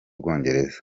bwongereza